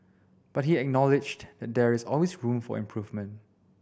but he acknowledged that there is always room for improvement